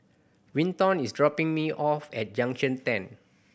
Vinton is dropping me off at Junction Ten